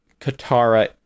katara